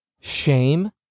shame